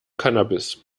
cannabis